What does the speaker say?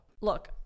Look